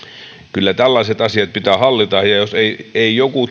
kyllä tällaiset asiat pitää hallita ja jos ei ei joku